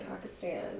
Pakistan